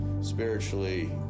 spiritually